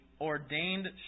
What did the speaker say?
ordained